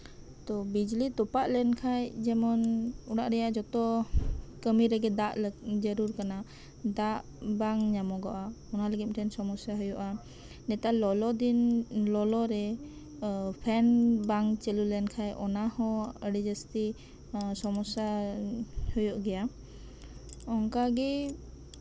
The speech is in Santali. ᱛᱳ ᱵᱤᱡᱽᱞᱤ ᱛᱚᱯᱟᱜ ᱞᱮᱱᱠᱷᱟᱡ ᱚᱲᱟᱜ ᱨᱮᱭᱟᱜ ᱡᱚᱛᱚ ᱠᱟᱹᱢᱤ ᱨᱮᱜᱮ ᱫᱟᱜ ᱡᱟᱹᱨᱩᱲ ᱠᱟᱱᱟ ᱫᱟᱜ ᱵᱟᱝ ᱧᱟᱢᱚᱜᱚᱜᱼᱟ ᱚᱱᱟ ᱞᱟᱹᱜᱤᱫ ᱢᱤᱫᱴᱟᱱ ᱥᱚᱢᱚᱥᱥᱟ ᱦᱩᱭᱩᱜᱼᱟ ᱱᱮᱛᱟᱨ ᱞᱚᱞᱚ ᱫᱤᱱ ᱞᱚᱞᱚᱨᱮ ᱯᱷᱮᱱ ᱵᱟᱝ ᱪᱟᱹᱞᱩ ᱞᱮᱱᱠᱷᱟᱱ ᱚᱱᱟᱦᱚᱸ ᱟᱹᱰᱤ ᱡᱟᱹᱥᱛᱤ ᱥᱚᱢᱚᱥᱥᱟ ᱦᱩᱭᱩᱜ ᱜᱮᱭᱟ ᱚᱱᱠᱟᱜᱮ